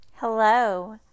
Hello